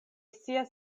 scias